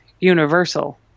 universal